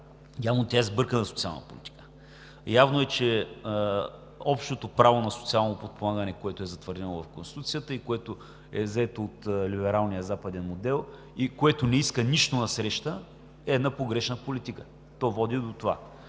Явно е сбъркана социална политика, че общото право на социално подпомагане, което е затвърдено в Конституцията, което е взето от либералния западен модел и което не иска нищо насреща, е погрешна политика – то води до това.